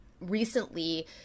recently